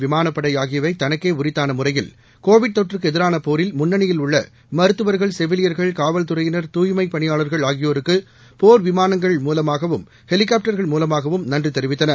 விமானப்படைஆகியவைதனக்கேஉரித்தானமுறையில் Covid ரானுவம் கடற்படை தொற்றுக்குஎதிரானபோரில் முன்னணியில் உள்ளமருத்துவர்கள் செவிலியர்கள் காவல்துறையினர் தூய்மைப் பணியாளர்கள் ஆகியோருக்குபோர் விமானங்கள் ஹெலிகாப்டர்கள் மூலமாகவும் மூலமாகவும் நன்றிதெரிவித்தன